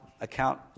account